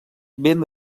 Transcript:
ben